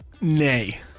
Nay